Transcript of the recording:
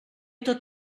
tot